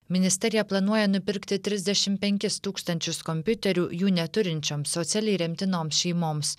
ministerija planuoja nupirkti trisdešimt penkis tūkstančius kompiuterių jų neturinčioms socialiai remtinoms šeimoms